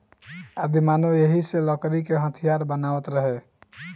आदिमानव एही से लकड़ी क हथीयार बनावत रहे